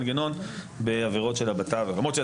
למרות שאת יודעת שיש בזה בסיס בחוק יסודות התקציב,